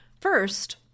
First